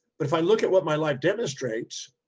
but if i look at what my life demonstrates,